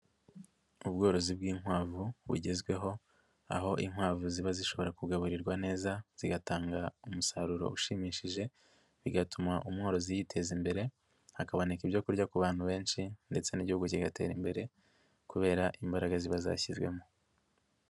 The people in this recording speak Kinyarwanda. Ubworozi bw'inkwavu bugezweho, aho inkwavu ziba zishobora kugaburirwa neza, zigatanga umusaruro ushimishije, bigatuma umworozi yiteza imbere, hakaboneka ibyo kurya ku bantu benshi ndetse n'igihugu kigatera imbere, kubera imbaraga ziba zashyizwemo.